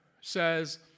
says